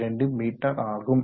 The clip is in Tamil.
22 m ஆகும்